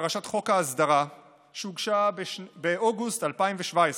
בפרשת חוק ההסדרה באוגוסט 2017,